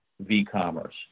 v-commerce